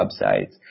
websites